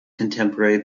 contemporary